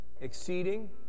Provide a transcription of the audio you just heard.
exceeding